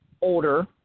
older